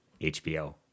HBO